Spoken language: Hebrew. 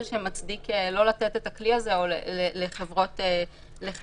שמצדיק לא לתת את הכלי הזה לחברות אג"ח.